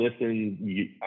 listen